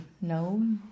No